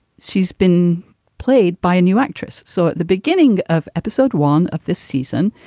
she's been played by a new actress. so at the beginning of episode one of this season,